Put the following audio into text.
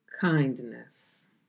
kindness